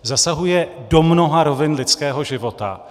Zasahuje do mnoha rovin lidského života.